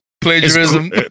Plagiarism